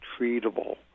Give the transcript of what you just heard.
treatable